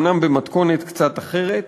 אומנם במתכונת קצת אחרת,